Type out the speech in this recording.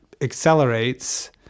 accelerates